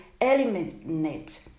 eliminate